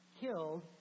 killed